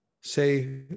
say